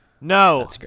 No